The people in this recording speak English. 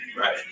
Right